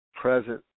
present